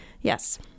Yes